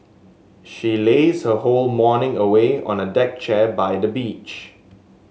she lazed her whole morning away on a deck chair by the beach